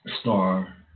star